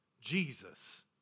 Jesus